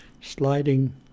sliding